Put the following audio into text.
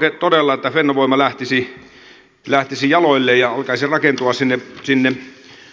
toivon todella että fennovoima lähtisi jaloilleen ja alkaisi rakentua sinne